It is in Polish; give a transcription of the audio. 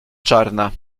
czarna